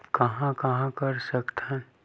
कहां कहां कर सकथन?